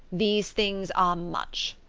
these things are much.